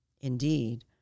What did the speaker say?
Indeed